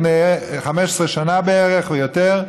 לפני 15 שנה בערך או יותר,